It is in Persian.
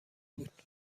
بود